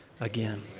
again